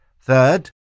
Third